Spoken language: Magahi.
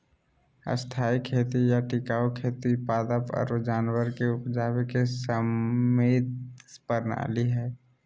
स्थायी खेती या टिकाऊ खेती पादप आरो जानवर के उपजावे के समन्वित प्रणाली हय